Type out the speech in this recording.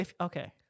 Okay